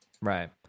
Right